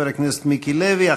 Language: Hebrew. חבר הכנסת מיקי לוי,